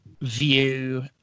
View